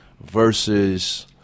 versus